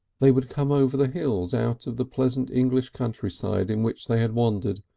they would come over the hills out of the pleasant english country-side in which they had wandered,